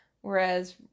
Whereas